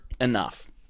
enough